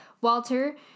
Walter